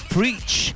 Preach